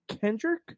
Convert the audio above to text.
Kendrick